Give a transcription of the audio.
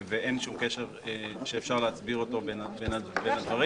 ואין שום קשר שאפשר להסביר בין הדברים.